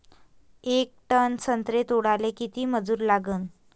येक टन संत्रे तोडाले किती मजूर लागन?